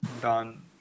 done